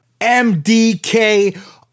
MDK